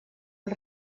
els